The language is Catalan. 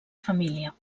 família